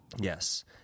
Yes